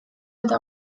eta